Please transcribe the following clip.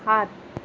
সাত